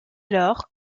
lors